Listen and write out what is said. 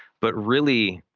but really,